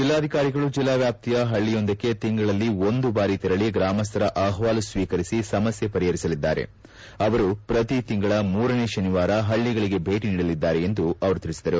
ಜಿಲ್ಲಾಧಿಕಾರಿಗಳು ಜಿಲ್ಲೆ ವ್ಕಾಪ್ತಿಯ ಪಳ್ಳಯೊಂದಕ್ಕೆ ತಿಂಗಳಲ್ಲಿ ಒಂದು ಬಾರಿ ತೆರಳಿ ಗ್ರಾಮಸ್ಥರ ಅಹವಾಲು ಸ್ವೀಕರಿಸಿ ಸಮಸ್ಕೆ ಪರಿಪರಿಸಲಿದ್ದಾರೆ ಅವರು ಪ್ರತಿ ತಿಂಗಳ ಮೂರನೇ ಶನಿವಾರ ಪಳಿಗಳಿಗೆ ಭೇಟಿ ನೀಡಲಿದ್ದಾರೆ ಎಂದು ಅವರು ಹೇಳಿದರು